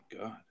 God